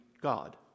God